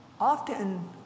often